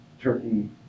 Turkey